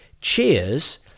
Cheers